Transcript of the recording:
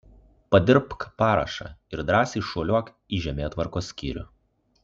padirbk parašą ir drąsiai šuoliuok į žemėtvarkos skyrių